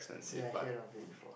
yea I heard of it before